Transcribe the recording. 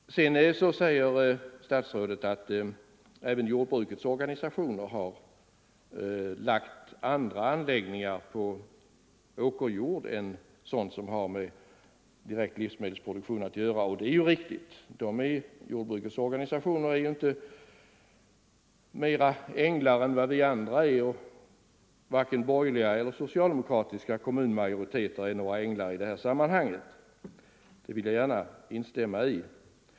Statsrådet säger att även jordbrukets organisationer har förlagt andra anläggningar på åkerjord än sådana som har direkt med livsmedelsproduktion att göra, och det är riktigt. Jordbrukets organisationer är inte större änglar än andra, och varken borgerliga eller socialdemokratiska kommunmajoriteter är några änglar i det här sammanhanget. Det vill jag gärna instämma i.